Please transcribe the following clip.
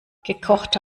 gekochte